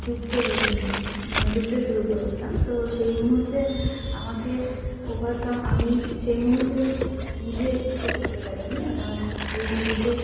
ডুবতে ব মানে ডুবতে শুরু করেছিলাম তো সেই মুহুর্তে আমাকে ওভারকাম আমি সেই মুহুর্তে নিজে কিছু করতে পারিনি আমার ওই নদীতে